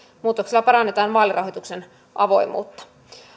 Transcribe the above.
muutoksella parannetaan vaalirahoituksen avoimuutta